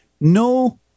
No